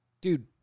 dude